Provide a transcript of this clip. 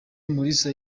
mulisa